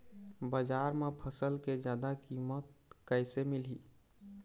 बजार म फसल के जादा कीमत कैसे मिलही?